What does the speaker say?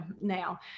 now